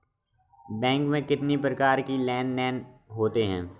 Bank में कितनी प्रकार के लेन देन देन होते हैं?